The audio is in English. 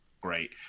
great